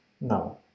No